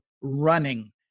running